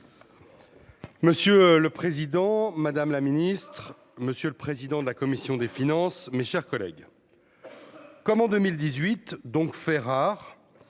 Monsieur le Président, Madame la Ministre, Monsieur le président de la commission des finances, mes chers collègues, comme en 2018 donc, fait rare,